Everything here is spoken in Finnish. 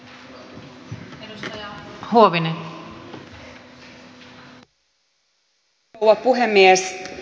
arvoisa rouva puhemies